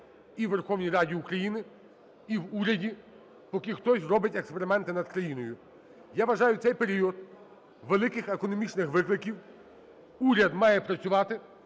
і в Верховній Раді України, і в уряді, поки хтось зробить експерименти над країною. Я вважаю, у цей період великих економічних викликів уряд має працювати,